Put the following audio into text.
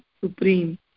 supreme